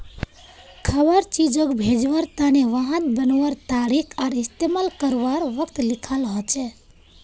खवार चीजोग भेज्वार तने वहात बनवार तारीख आर इस्तेमाल कारवार वक़्त लिखाल होचे